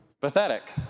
Pathetic